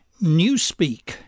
Newspeak